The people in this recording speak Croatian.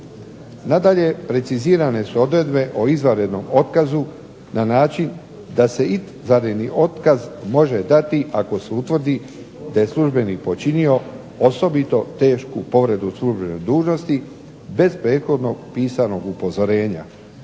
Nadalje, precizirane su odredbe o izvanrednom otkazu da se izvanredni otkaz može dati ako se utvrdi da je službenik počinio osobito tešku povredu službene dužnosti bez prethodno pisanog upozorenja